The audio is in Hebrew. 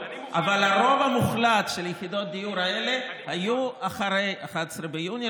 אבל הרוב המוחלט של יחידות הדיור האלה היו אחרי 11 ביוני,